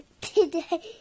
today